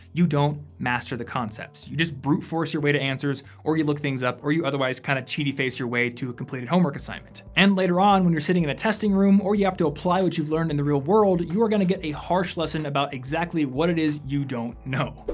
you don't master the concepts. you just brute force your way to answers or you look things up, or you otherwise kind of cheaty-face your way to a completed homework assignment. and later on, when you're sitting in a testing room, or you have to apply what you've learned in the real world you are going to get a harsh lesson about exactly what it is you don't know.